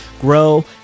grow